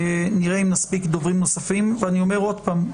נראה אם נספיק דוברים נוספים ואני אומר עוד פעם,